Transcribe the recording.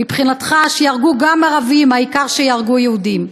מבחינתך שיהרגו גם ערבים, העיקר שיהרגו יהודים.